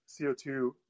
CO2